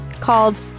called